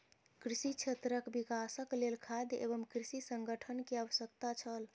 कृषि क्षेत्रक विकासक लेल खाद्य एवं कृषि संगठन के आवश्यकता छल